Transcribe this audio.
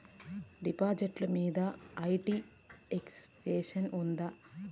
డిపాజిట్లు మీద IT exemption ఉందా?